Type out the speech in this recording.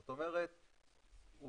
זאת אומרת הוא